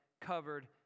covered